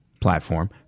platform